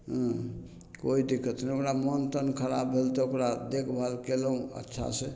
हुँ कोइ दिक्कत नहि ओकरा मोन तोन खराब भेल तऽ ओकरा देखभाल कएलहुँ अच्छासे